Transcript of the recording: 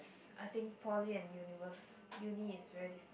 I think poly and univers~ uni is very different